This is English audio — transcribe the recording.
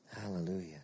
Hallelujah